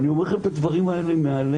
אני אומר לכם את הדברים האלה מהלב.